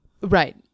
Right